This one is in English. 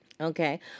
Okay